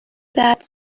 that